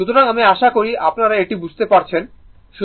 সুতরাং আমি আশা করি আপনারা এটি বুঝতে পেরেছি